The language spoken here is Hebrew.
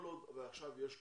עכשיו יש קורונה,